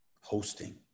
hosting